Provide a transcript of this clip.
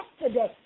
yesterday